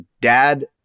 dad